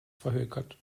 verhökert